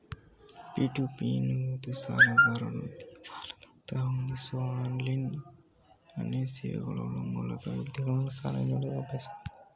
P to P ಎನ್ನುವುದು ಸಾಲಗಾರರೊಂದಿಗೆ ಸಾಲದಾತರನ್ನ ಹೊಂದಿಸುವ ಆನ್ಲೈನ್ ಸೇವೆಗ್ಳ ಮೂಲಕ ವ್ಯಕ್ತಿಗಳು ಸಾಲ ನೀಡುವ ಅಭ್ಯಾಸವಾಗಿದೆ